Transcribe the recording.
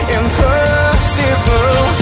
impossible